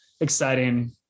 exciting